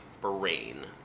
brain